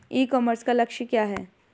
ई commerce का लक्ष्य क्या है?